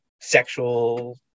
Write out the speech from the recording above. sexual